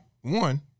one